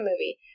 movie